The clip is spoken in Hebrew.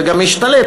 וגם השתלט,